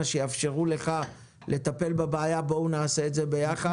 שיאפשרו לך לטפל בבעיה אז בואו נעשה את זה ביחד.